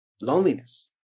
loneliness